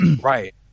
Right